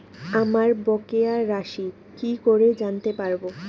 আমার বকেয়া রাশি কি করে জানতে পারবো?